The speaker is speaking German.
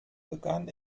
begann